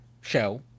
show